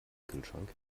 kühlschrank